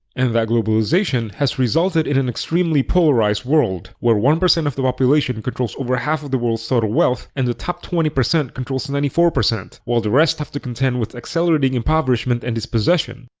and that globalization has resulted in an extremely polarized world, where one percent of the population controls over half of the world's total wealth and the top twenty percent controls ninety four, while the rest have to contend with accelerating impoverishment and dispossession.